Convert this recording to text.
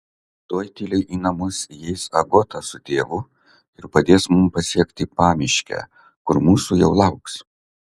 tuoj tyliai į namus įeis agota su tėvu ir padės mums pasiekti pamiškę kur mūsų jau lauks